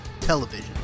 television